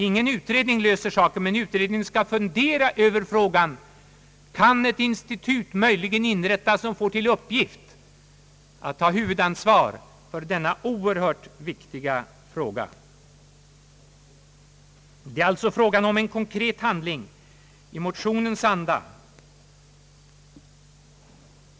Ingen utredning löser problemet, men utredningen skall fundera över frågan: Kan ett institut inrättas som får till uppgift att ta huvudansvaret för denna oerhört viktiga fråga? Det är alltså fråga om en konkret handling i motionens anda.